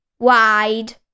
wide